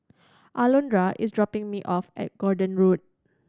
Alondra is dropping me off at Gordon Road